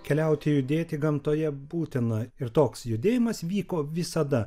keliauti judėti gamtoje būtina ir toks judėjimas vyko visada